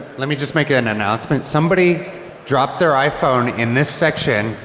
let me just make an announcement. somebody dropped their iphone in this section.